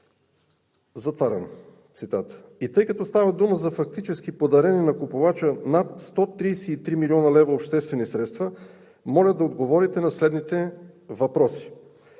този въпрос.“ Тъй като става дума за фактически подарени на купувача над 133 млн. лв. обществени средства, моля да отговорите на следните въпроси: